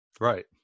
Right